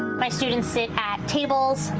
my students sit at tables,